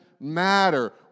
matter